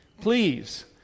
please